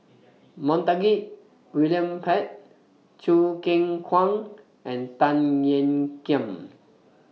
Montague William Pett Choo Keng Kwang and Tan Ean Kiam